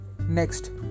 next